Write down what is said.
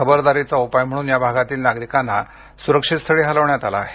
खबरदारीचा उपाय म्हणून या भागातील नागरिकांना सुरक्षित स्थळी हलवण्यात आलं आहे